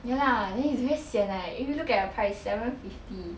ya lah then it's very sian leh if you look at the price seven fifty